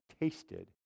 tasted